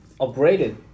upgraded